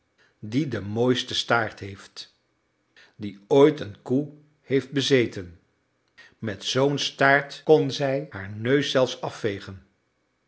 die den mooisten staart heeft dien ooit een koe heeft bezeten met zoo'n staart kon zij haar neus zelfs afvegen